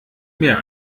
mehr